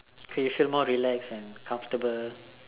facial more relax and comfortable